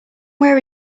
where